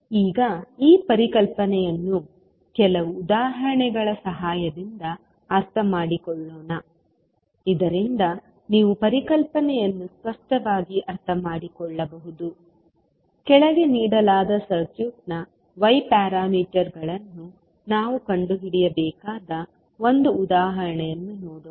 slide ಸಮಯವನ್ನು ಉಲ್ಲೇಖಿಸಿ 1313 ಈಗ ಈ ಪರಿಕಲ್ಪನೆಯನ್ನು ಕೆಲವು ಉದಾಹರಣೆಗಳ ಸಹಾಯದಿಂದ ಅರ್ಥಮಾಡಿಕೊಳ್ಳೋಣ ಇದರಿಂದ ನೀವು ಪರಿಕಲ್ಪನೆಯನ್ನು ಸ್ಪಷ್ಟವಾಗಿ ಅರ್ಥಮಾಡಿಕೊಳ್ಳಬಹುದು ಕೆಳಗೆ ನೀಡಲಾದ ಸರ್ಕ್ಯೂಟ್ನ y ಪ್ಯಾರಾಮೀಟರ್ಗಳನ್ನು ನಾವು ಕಂಡುಹಿಡಿಯಬೇಕಾದ ಒಂದು ಉದಾಹರಣೆಯನ್ನು ನೋಡೋಣ